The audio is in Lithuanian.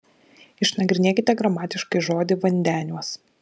išnagrinėkite gramatiškai žodį vandeniuos